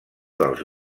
dels